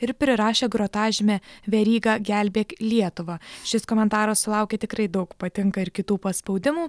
ir prirašė grotažymę veryga gelbėk lietuvą šis komentaras sulaukė tikrai daug patinka ir kitų paspaudimų